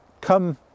come